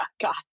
god